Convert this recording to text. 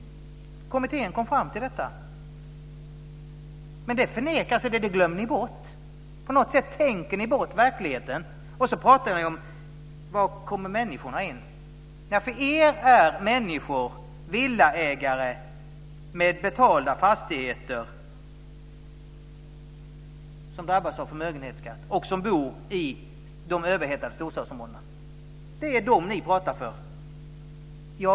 Kommittén kom fram till detta. Men det förnekas. Det glömmer ni bort. För er är människor villaägare med betalda fastigheter som drabbas av förmögenhetsskatt och som bor i de överhettade storstadsområdena. Det är dem ni pratar för.